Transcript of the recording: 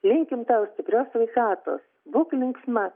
linkim tau stiprios sveikatos būk linksma